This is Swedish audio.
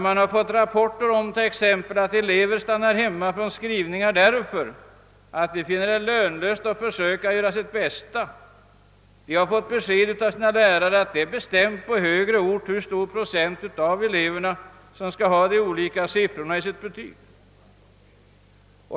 Man har fått rapporter t.ex. om att elever stannar hemma från skrivningar därför att de uppfattar det som lönlöst att försöka göra sitt bästa. De har nämligen fått besked av sina lärare om att det är bestämt på högre ort hur stor procentandel av eleverna som skall ha varje siffra i sitt betyg.